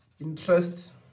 Interest